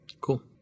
Cool